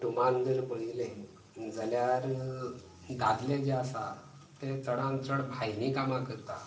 कुटूंबान जर पळयलें जाल्यार दादले जे आसात ते चडान चड भायलीं कामां करतात